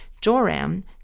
Joram